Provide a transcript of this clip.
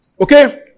Okay